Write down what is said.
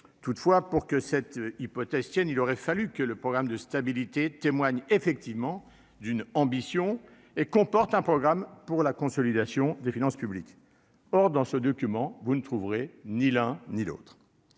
Toutefois, pour que cette hypothèse tienne, il aurait fallu que le programme de stabilité témoigne d'une ambition et comporte un programme pour la consolidation des finances publiques. Or, dans ce document, vous ne trouverez ni l'un ni l'autre,